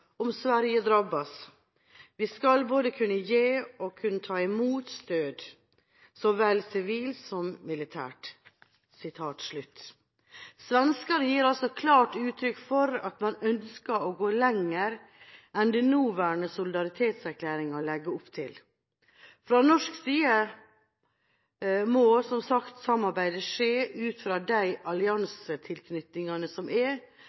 om Sverige drabbas. Vi ska både kunna ge och ta emot stöd, såväl civilt som militärt.» Svenskene gir altså klart uttrykk for at man ønsker å gå lenger enn det den nåværende solidaritetserklæringen legger opp til. Fra norsk side må, som sagt, samarbeidet skje ut fra de alliansetilknytningene som er,